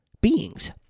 beings